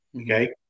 Okay